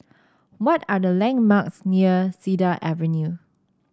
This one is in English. what are the landmarks near Cedar Avenue